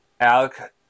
Alec